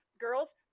girls